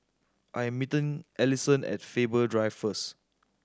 I am meeting Ellison at Faber Drive first